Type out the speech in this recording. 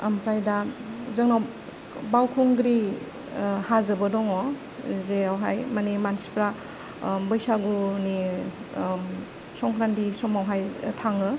ओमफ्राय दा जोंनाव बावखुंग्रि हाजोबो दङ जेरावहाय माने मानसिफ्रा बैसागुनि संक्रान्ति समावहाय थाङो